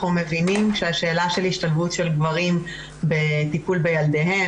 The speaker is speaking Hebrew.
אנחנו מבינים שהשאלה של השתלבות של גברים בטיפול בילדיהם